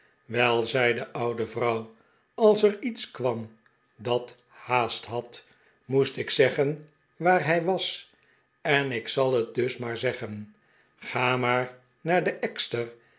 zei de oude vrouw als er iets kwam dat haast had moest ik zeggen waar hij was en ik zal het dus maar zeggen ga maar naar de